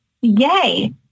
yay